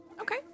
Okay